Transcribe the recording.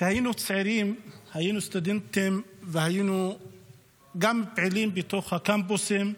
כשהיינו צעירים היינו סטודנטים והיינו גם פעילים בתוך הקמפוסים.